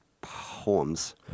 poems